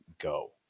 go